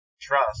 trust